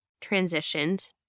transitioned